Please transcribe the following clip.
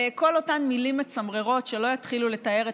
כל אותן מילים מצמררות שלא יתחילו לתאר את